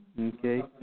Okay